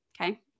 Okay